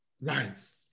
life